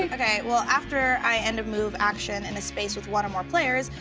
okay well, after i end a move action in a space with one or more players,